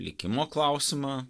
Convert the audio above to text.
likimo klausimą